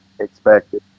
expected